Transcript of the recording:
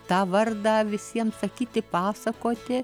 tą vardą visiems sakyti pasakoti